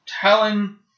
telling